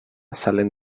salen